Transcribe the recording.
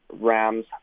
Ram's